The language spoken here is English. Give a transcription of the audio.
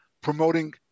promoting